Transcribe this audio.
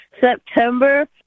September